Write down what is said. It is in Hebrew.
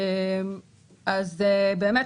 מבחינתנו,